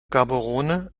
gaborone